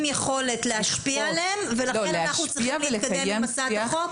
יכולת להשפיע עליהם ולכן אנחנו צריכים להתקדם עם הצעת החוק.